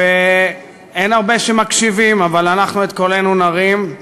אין הרבה שמקשיבים, אבל אנחנו, את קולנו נרים.